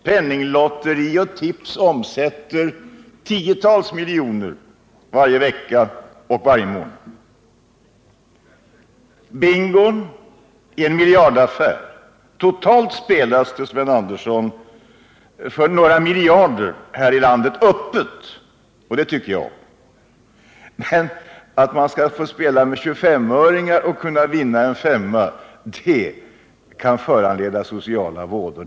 Penninglotteri och tips omsätter tiotusentals miljoner varje månad. Bingon är en miljardaffär. Totalt spelas det, Sven Andersson, här i landet för några miljarder — öppet, och det tycker jag om. Men att man skulle spela med 25-öringar och kunna vinna en femma — det skulle kunna ha sociala vådor!